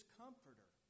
comforter